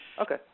Okay